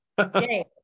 Okay